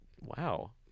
Wow